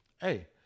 hey